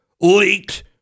leaked